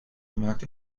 gemaakt